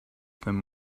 them